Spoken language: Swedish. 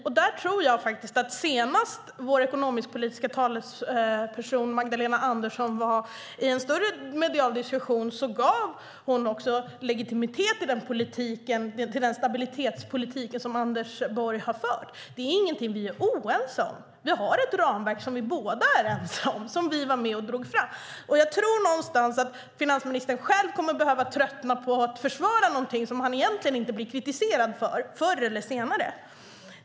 Jag tror faktiskt att vår ekonomisk-politiska talesperson Magdalena Andersson, när hon senast deltog i en större medial diskussion, gav legitimitet till den stabilitetspolitik som Anders Borg har fört. Det är ingenting vi är oense om. Vi har ett ramverk som vi båda är överens om, som vi var med och drog fram. Jag tror någonstans att finansministern själv kommer att behöva tröttna på att försvara någonting som han egentligen inte blir kritiserad för - förr eller senare.